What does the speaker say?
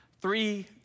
three